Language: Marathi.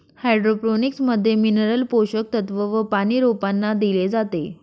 हाइड्रोपोनिक्स मध्ये मिनरल पोषक तत्व व पानी रोपांना दिले जाते